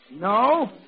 No